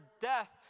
death